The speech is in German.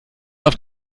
auf